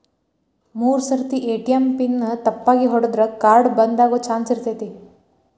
ಮೂರ್ ಸರ್ತಿ ATM PIN ತಪ್ಪಾಗಿ ಹೊಡದ್ರ ಕಾರ್ಡ್ ಬಂದಾಗೊ ಚಾನ್ಸ್ ಇರ್ತೈತಿ